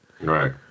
Right